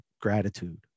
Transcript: gratitude